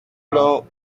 l’on